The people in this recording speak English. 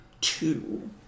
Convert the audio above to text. two